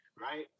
Right